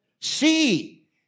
See